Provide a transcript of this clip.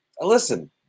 listen